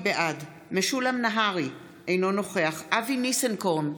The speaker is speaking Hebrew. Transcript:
בעד משולם נהרי, אינו נוכח אבי ניסנקורן,